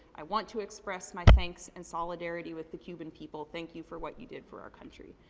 i want to express my thanks and solidarity with the cuban people. thank you for what you did for our country.